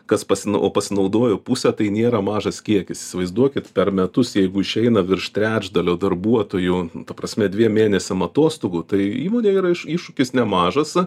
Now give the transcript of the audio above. kas pasinau o pasinaudojo pusė tai nėra mažas kiekis įsivaizduokit per metus jeigu išeina virš trečdalio darbuotojų ta prasme dviem mėnesiam atostogų tai įmonei yra iš iššūkis nemažas